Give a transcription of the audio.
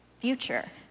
future